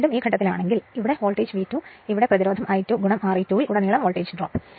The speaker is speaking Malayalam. രണ്ടും ഈ ഘട്ടത്തിലാണെങ്കിൽ ഇവ രണ്ടും ആണെങ്കിൽ ഇതാണ് വോൾട്ടേജ് വി 2 ഇതും റെസിസ്റ്റൻസ് I2 Re2 ൽ ഉടനീളം വോൾട്ടേജ് ഡ്രോപ്പ്